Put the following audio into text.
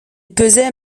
pesait